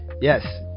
yes